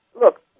Look